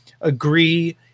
agree